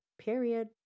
Period